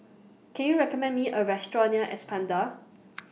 Can YOU recommend Me A Restaurant near Espada